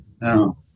no